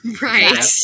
Right